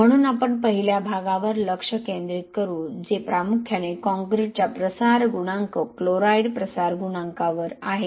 म्हणून आपण पहिल्या भागावर लक्ष केंद्रित करू जे प्रामुख्याने कॉंक्रिटच्या प्रसार गुणांक क्लोराईड प्रसार गुणांकावर आहे